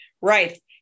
right